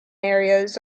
areas